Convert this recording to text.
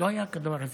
לא היה כדבר הזה.